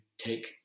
Take